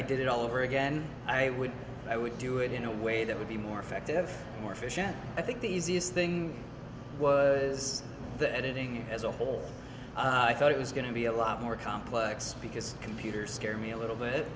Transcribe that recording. did it all over again i would i would do it in a way that would be more effective more efficient i think the easiest thing was the editing as a whole i thought it was going to be a lot more complex because computers scare me a little